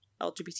LGBT